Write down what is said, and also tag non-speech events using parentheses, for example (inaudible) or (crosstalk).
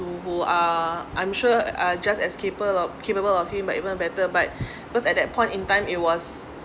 to who uh I'm sure uh just as cable~ loh capable of him but even a better but (breath) because at that point in time it was